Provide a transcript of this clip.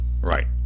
Right